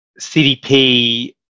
CDP